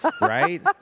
right